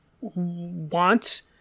want